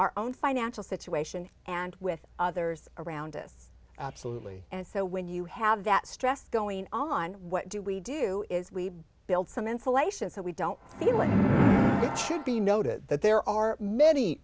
our own financial situation and with others around us absolutely and so when you have that stress going on what do we do is we build some insulation so we don't think it should be noted that there are many